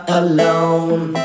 alone